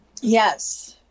Yes